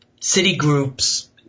Citigroup's